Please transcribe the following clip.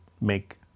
make